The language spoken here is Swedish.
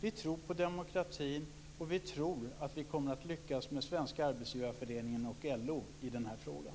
Vi tror på demokratin. Vi tror att vi kommer att lyckas med Svenska Arbetsgivareföreningen och LO i den här frågan.